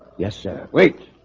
yes, sir. wait